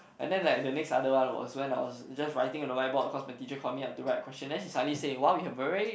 and then like the next other one was when I was just writing on the white board cause my teacher called me I have to write the question then she suddenly say !wow! you have very